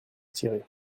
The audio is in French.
tirer